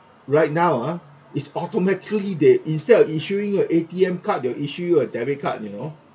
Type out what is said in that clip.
right now uh it's automatically they instead of issuing you a A_T_M card they'll issue you a debit card you know